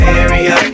area